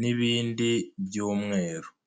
n'ibindi byumweru.